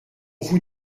vous